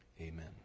Amen